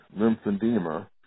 lymphedema